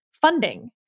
funding